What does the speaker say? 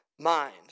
mind